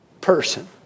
person